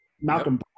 Malcolm